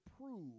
prove